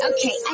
Okay